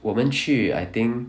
我们去 I think